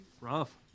rough